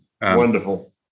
wonderful